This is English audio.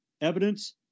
evidence